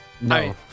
No